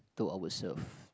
to ourself